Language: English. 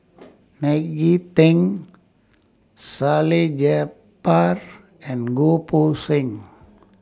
Maggie Teng Salleh Japar and Goh Poh Seng